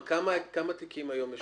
כמה תיקים יש היום במסלול המקוצר?